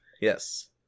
Yes